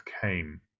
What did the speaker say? came